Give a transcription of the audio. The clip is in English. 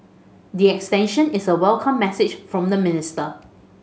the extension is a welcome message from the minister